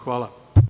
Hvala.